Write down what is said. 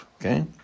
okay